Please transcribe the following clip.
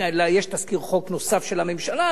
יש תזכיר חוק נוסף של הממשלה,